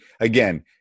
again